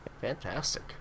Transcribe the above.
Fantastic